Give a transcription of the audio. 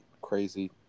crazy